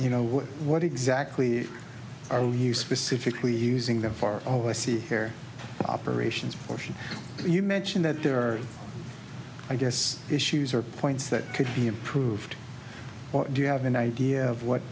you know what exactly are you specifically using the for all i see here operations or you mentioned that there are i guess issues or points that could be improved or do you have an idea of what